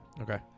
Okay